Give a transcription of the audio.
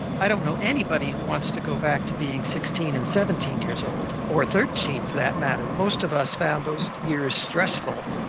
i don't know anybody who wants to go back to being sixteen and seventeen years old, or thirteen for that matter, most of us found those years stressful.